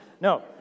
No